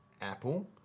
apple